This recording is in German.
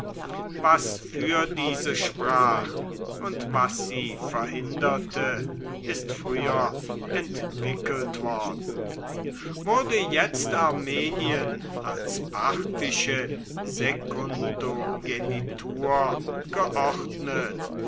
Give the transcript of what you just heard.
was für diese sprach und was sie verhinderte ist früher entwickelt worden wurde jetzt armenien als parthische sekundogenitur geordnet